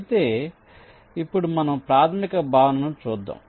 అయితే ఇప్పుడు మనము ప్రాథమిక భావనను చూద్దాం